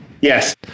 Yes